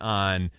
on